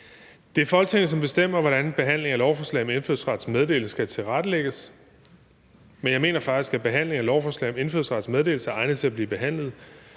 Det er Folketinget, som bestemmer, hvordan behandling af lovforslag om indfødsrets meddelelse skal tilrettelægges, men jeg mener faktisk, at lovforslag om indfødsrets meddelelse er egnet til at blive behandlet